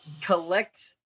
collect